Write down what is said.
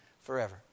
Forever